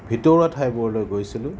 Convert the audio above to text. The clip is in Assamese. ভিতৰুৱা ঠাইবোৰলৈ গৈছিলোঁ